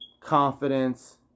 confidence